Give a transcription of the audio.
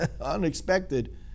Unexpected